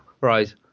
Right